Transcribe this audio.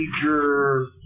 major